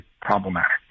problematic